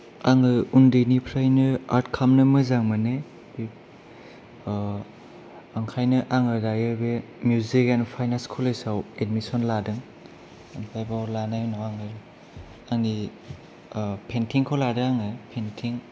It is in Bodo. आङो उन्दैनिफ्रायनो आर्ट खामनो मोजां मोनो ओंखायनो आङो दायो बे मिउजिक एन्द फाइन आर्ट्स कलेजाव एदमिसन लादों ओमफाय बेव लानाय उनाव आङो आंनि पैन्टिं खौ लादों आङो पैन्टिं